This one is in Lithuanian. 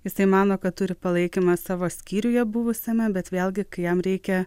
jisai mano kad turi palaikymą savo skyriuje buvusiame bet vėlgi kai jam reikia